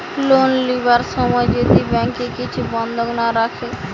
loan লিবার সময় যদি ব্যাংকে কিছু বন্ধক না রাখে